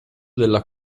della